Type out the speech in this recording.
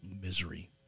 misery